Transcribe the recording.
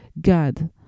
God